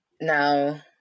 Now